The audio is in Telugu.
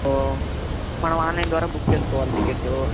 ఓ మనం ఆన్లైన్ ద్వారా బుక్ చేసుకోవాలి టికెట్టు